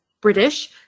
British